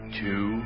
two